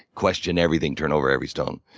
question everything, turn over every stone.